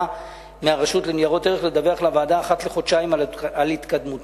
מהרשות לניירות ערך לדווח לוועדה אחת לחודשיים על התקדמותה